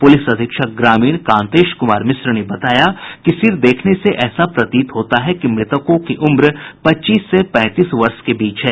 police अधीक्षक ग्रामीण कांतेश कुमार मिश्र ने बताया कि सिर देखने से ऐसा प्रतीत होता है कि मृतकों की उम्र पच्चीस से पैंतीस वर्ष के बीच है